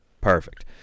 Perfect